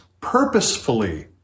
purposefully